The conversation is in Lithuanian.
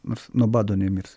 nors nuo bado nemirs